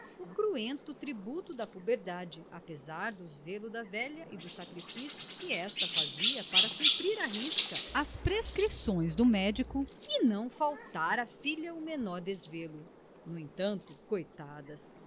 o cruento tributo da puberdade apesar do zelo da velha e dos sacrifícios que esta fazia para cumprir à risca as prescrições do médico e não faltar à filha o menor desvelo no entanto coitadas